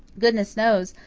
goodness knows,